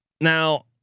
now